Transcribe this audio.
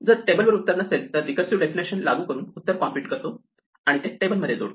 जर टेबलवर उत्तर नसेल तर रिकर्सिव डेफिनेशन लागू करून उत्तर कॉम्पुट करतो आणि ते टेबलमध्ये जोडतो